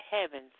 heavens